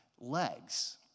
legs